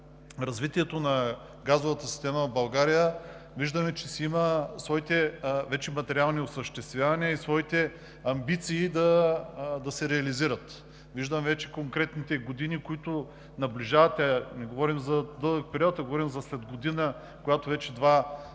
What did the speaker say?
виждаме, че си има своите вече материални осъществявания и своите амбиции да се реализират. Виждам вече конкретните години, които наближават. Не говорим за дълъг период, а говорим за след година, когато вече два проекта